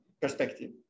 perspective